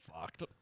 fucked